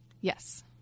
Yes